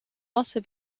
also